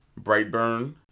Brightburn